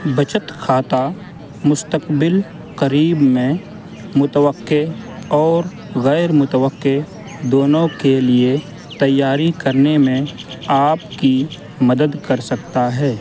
بچت کھاتہ مستقبل قریب میں متوقع اور غیر متوقع دونوں کے لیے تیاری کرنے میں آپ کی مدد کر سکتا ہے